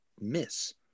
miss